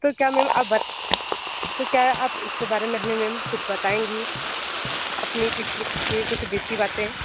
तो क्या मैम आप बत तो क्या आप इसके बारे में मैम कुछ बताएंगी अपनी पिछली कुछ बीती बातें